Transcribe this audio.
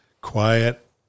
Quiet